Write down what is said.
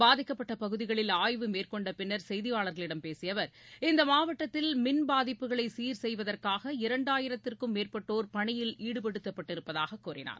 பாதிக்கப்பட்ட பகுதிகளில் ஆய்வு மேற்கொண்ட பின்னர் செய்தியாளர்களிடம் பேசிய அவர் இந்த மாவட்டத்தில் மின்பாதிப்புகளை சீர் செய்வதற்காக இரண்டாயிரத்திற்கும் மேற்பட்டோர் பணியில் ஈடுபடுத்தப்பட்டிருப்பதாக கூறினார்